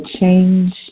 change